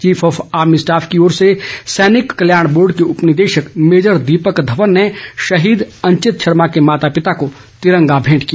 chief of army staff की ओर से सैनिक कल्याण बोर्ड के उपनिदेशक भेजर दीपक धवन ने शहीद अंचित शर्मा के माता पिता को तिरंगा मेंट किया